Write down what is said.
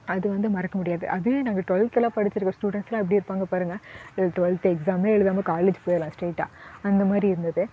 அது வந்து மறக்க முடியாது அதே நாங்கள் டுவெல்த்தில் படித்திருக்க ஸ்டூடண்ஸெல்லாம் எப்படி இருப்பாங்க பாருங்கள் ட்வெல்த் எக்ஸாமே எழுதாமல் காலேஜ் போயிடலாம் ஸ்ட்ரெயிட்டாக அந்த மாதிரி இருந்தது